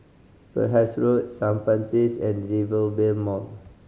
Penhas Road Sampan Place and Rivervale Mall